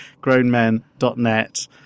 grownmen.net